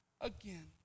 again